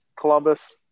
columbus